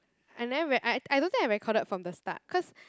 I never re~ I don't think I recorded from the start cause